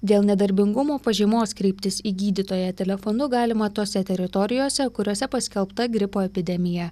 dėl nedarbingumo pažymos kreiptis į gydytoją telefonu galima tose teritorijose kuriose paskelbta gripo epidemija